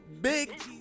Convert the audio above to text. Big